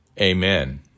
Amen